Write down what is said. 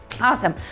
awesome